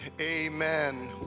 amen